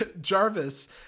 Jarvis